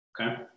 Okay